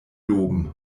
loben